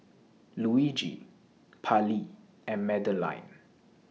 Luigi Pallie and Madeleine